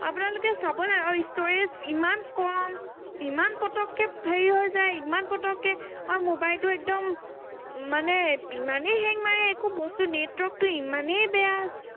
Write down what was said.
আপোনালোকে চাব লাগে আৰু ষ্ট'ৰেজ ইমান কম ইমান পতককৈ হেৰি হৈ যায় ইমান পতককৈ আৰু মোবাইলটো একদম মানে ইমানেই হেং মাৰে একো বস্তু নেটৱৰ্কটো ইমানেই বেয়া